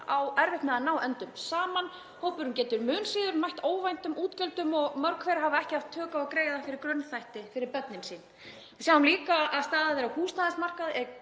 á erfitt með að ná endum saman. Hópurinn getur mun síður mætt óvæntum útgjöldum og mörg hver hafa ekki haft tök á að greiða fyrir grunnþætti fyrir börnin sín. Við sjáum líka að staða þeirra á húsnæðismarkaði